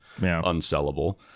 unsellable